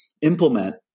implement